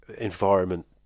environment